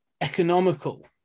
economical